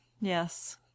yes